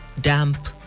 damp